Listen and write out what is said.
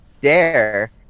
Dare